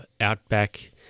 outback